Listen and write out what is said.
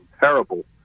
terrible